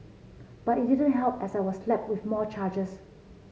but it didn't help as I was slapped with more charges